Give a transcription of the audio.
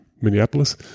Minneapolis